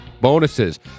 bonuses